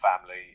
family